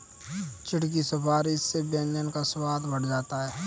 चिढ़ की सुपारी से व्यंजन का स्वाद बढ़ जाता है